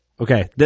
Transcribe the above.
Okay